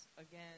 again